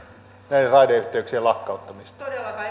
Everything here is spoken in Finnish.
näiden raideyhteyksien lakkauttamista